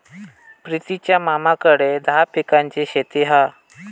प्रितीच्या मामाकडे दहा पिकांची शेती हा